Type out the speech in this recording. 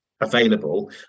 available